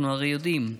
אנחנו הרי יודעים.